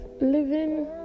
living